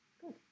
Good